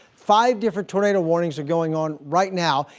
five different tornado warnings are going on right now,